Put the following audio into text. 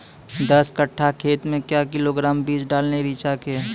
दस कट्ठा खेत मे क्या किलोग्राम बीज डालने रिचा के?